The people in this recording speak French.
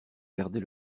garder